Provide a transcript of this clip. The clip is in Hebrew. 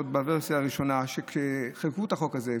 עוד בוורסיה הראשונה כשחוקקו את החוק הזה.